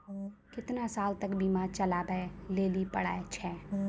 केतना साल तक बीमा चलाबै लेली पड़ै छै?